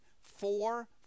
four